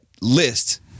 list